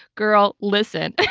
girl, listen.